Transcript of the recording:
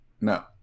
No